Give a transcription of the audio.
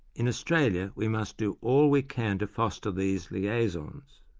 in australia we must do all we can to foster these liaisons.